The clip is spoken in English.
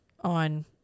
on